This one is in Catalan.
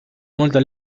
molta